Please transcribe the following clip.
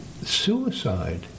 suicide